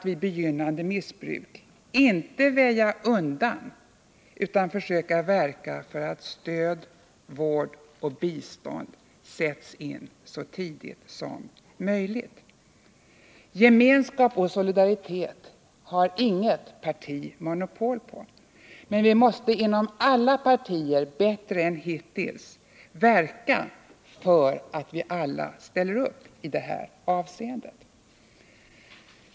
Vid begynnande missbruk får vi inte väja undan, utan vi måste verka för att stöd, vård och bistånd sätts in så tidigt som möjligt. Gemenskap och solidaritet har inget parti monopol på. Inom alla partier måste vi bättre än hittills verka för att alla ställer upp i detta avseende.